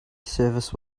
service